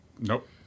Nope